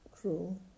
cruel